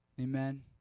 Amen